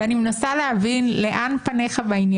אני לא מבין, מה, אתה חדש בוועדה?